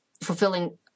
fulfilling